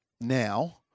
now